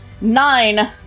Nine